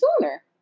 sooner